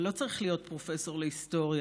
אבל לא צריך להיות פרופסור להיסטוריה,